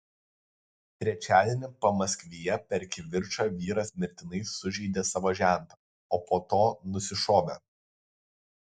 trečiadienį pamaskvyje per kivirčą vyras mirtinai sužeidė savo žentą o po to nusišovė